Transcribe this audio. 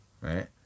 right